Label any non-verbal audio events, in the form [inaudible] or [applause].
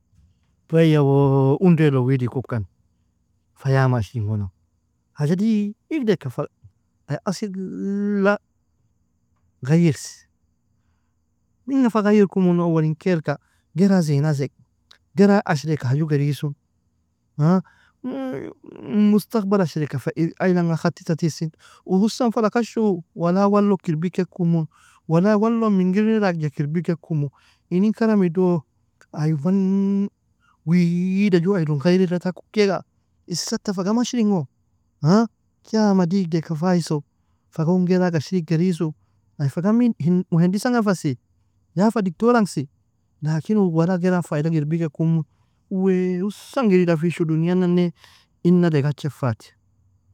Waia woo unde lon widi kukan, fa yama ashringona, haja digideka fa- ay asila ghayirsi, minga fa ghayir kumunu? Awalin kailka gera zey elnaseak, gera ashirika haju geryisu, [hesitation] مستقبل ashirika fa aylanga khatitatiesin, u husamn falakashu, wala walok irbikenkumu, wala walo ming irgnidagjka irbikenkumu, inin karamido ay mann wida jua aylon ghayreda takukiaga, isata fa gamm ashiringo. [hesitation] yama digideka faiso, fa gon gerag ashiri geriesu, ay fa gami hin- muhandisang fasi, ya fa diktorangsi, لكن uu wala gera faydag irbikenkumu, uu husan giridafishu dunyal nane inna degache fati.